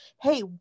hey